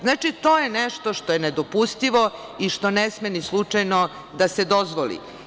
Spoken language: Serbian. Znači, to je nešto što je nedopustivo i što ne sme ni slučajno da se dozvoli.